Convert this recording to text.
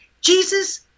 Jesus